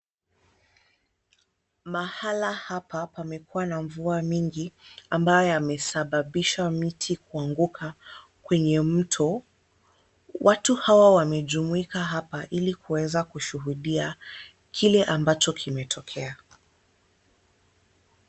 Mahala hapa pamekuwa na mvua mingi, ambayo yamesababisha miti kuanguka kwenye mto. Watu hawa wamejumuika hapa ili kuweza kushuhudia kile ambacho kimetokea.